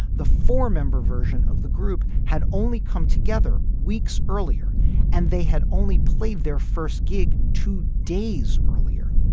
the four member version of the group had only come together weeks earlier and they had only played their first gig two days earlier.